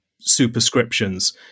superscriptions